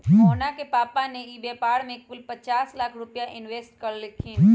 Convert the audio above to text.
मोहना के पापा ने ई व्यापार में कुल पचास लाख रुपईया इन्वेस्ट कइल खिन